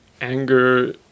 anger